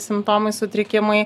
simptomai sutrikimai